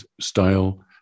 style